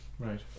Right